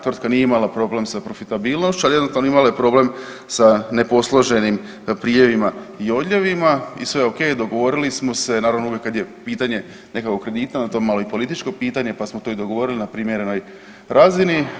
Tvrtka nije imala problem sa profitabilnošću, ali jednostavno imala je problem sa ne posloženim priljevima i odljevima i sve okej dogovorili smo se, naravno uvijek kad je pitanje nekakvog kredita onda je to malo i političko pitanje, pa smo to i dogovorili na primjerenoj razini.